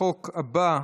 לחוק הבא,